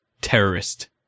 Terrorist